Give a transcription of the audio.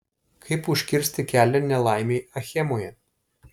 kaip užkirsti kelią nelaimei achemoje